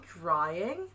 drying